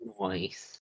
Nice